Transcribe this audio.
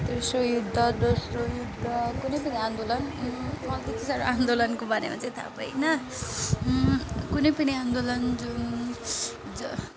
तेस्रो युद्ध दोस्रो युद्ध कुनै पनि आन्दोलन मलाई त्यत्ति साह्रो आन्दोलनको बारेमा चाहिँ थाहा भएन कुनै पनि आन्दोलन जुन जो